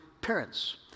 parents